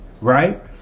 right